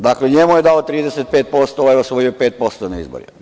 Dakle, njemu je dao 35%, ovaj osvojio 5% na izborima.